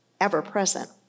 ever-present